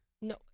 no